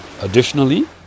additionally